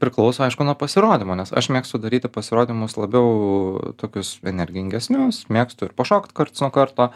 priklauso aišku nuo pasirodymo nes aš mėgstu daryti pasirodymus labiau tokius energingesnius mėgstu ir pašokt karts nuo karto